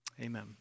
amen